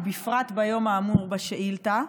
ובפרט ביום האמור בשאילתה.